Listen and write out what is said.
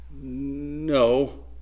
No